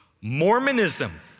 Mormonism